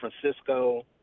Francisco